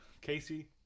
Casey